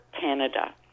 Canada